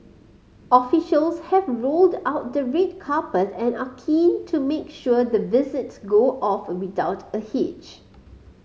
officials have rolled out the red carpet and are keen to make sure the visits go off without a hitch